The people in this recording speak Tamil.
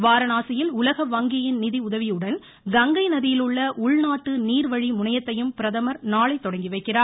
வாரணாசியில் உலக வங்கியின் நிதி உதவியுடன் கங்கை நதியிலுள்ள உள்நாட்டு நீர்வழி முனையத்தையும் பிரதமர் நாளை தொடங்கி வைக்கிறார்